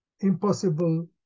impossible